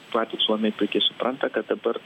patys suomiai puikiai supranta kad dabar